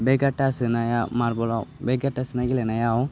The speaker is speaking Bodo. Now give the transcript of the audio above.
बे गाथा सोनाया मारबलाव बे गाथा सोनाय गेलेनायाव